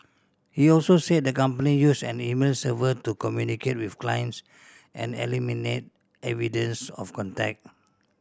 he also said the company used an email server to communicate with clients and eliminate evidence of contact